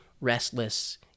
restless